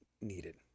needed